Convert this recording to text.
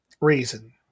reason